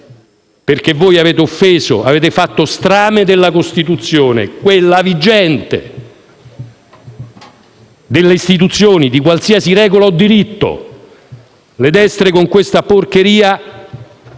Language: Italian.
perché voi avete fatto strame della Costituzione, quella vigente, delle istituzioni, di qualsiasi regola o diritto. Le destre con questa porcheria